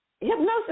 Hypnosis